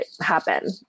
happen